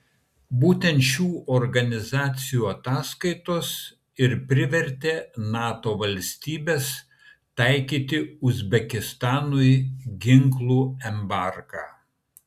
būtent šių organizacijų ataskaitos ir privertė nato valstybes taikyti uzbekistanui ginklų embargą